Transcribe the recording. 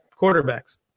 quarterbacks